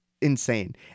insane